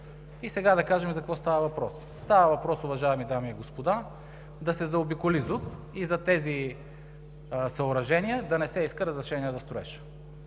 Сега да кажем за какво става въпрос. Става въпрос, уважаеми дами и господа, да се заобиколи ЗУТ и за тези съоръжения да не се иска разрешение за строеж.